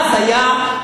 אבל שרון היה ליכוד.